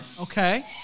Okay